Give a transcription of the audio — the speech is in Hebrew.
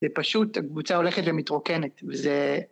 זה פשוט, הקבוצה הולכת ומתרוקנת, וזה...